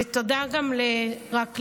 ותודה גם לאייכלר,